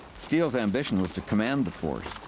steele's ambition was to command the force.